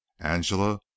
Angela